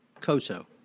COSO